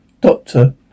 Doctor